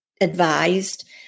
advised